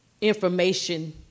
information